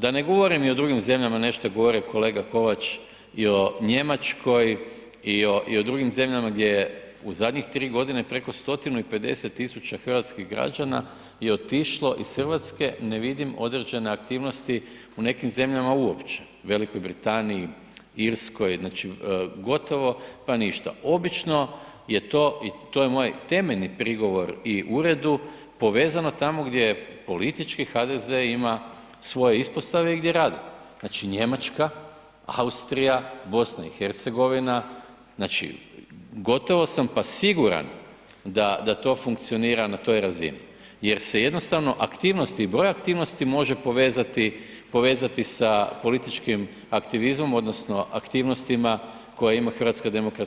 Da ne govorim i o drugim zemljama, nešto je govorio i kolega Kovač i o Njemačkoj i o drugim zemljama gdje je u zadnjih 3.g. preko 150 000 hrvatskih građana i otišlo iz RH, ne vidim određene aktivnosti u nekim zemljama uopće, Velikoj Britaniji, Irskoj, znači gotovo pa ništa, obično je to i to je moj temeljni prigovor i uredu, povezano tamo gdje politički HDZ ima svoje ispostave i gdje rade, znači Njemačka, Austrija, BiH, znači gotovo sam pa siguran da, da to funkcionira na toj razini jer se jednostavno aktivnosti i broj aktivnosti može povezati, povezati sa političkim aktivizmom odnosno aktivnostima koje ima